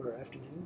Afternoon